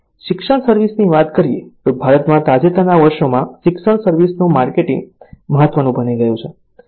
શિક્ષણ સર્વિસ ની વાત કરીએ તો ભારતમાં તાજેતરના વર્ષોમાં શિક્ષણ સર્વિસ નું માર્કેટિંગ મહત્વનું બની ગયું છે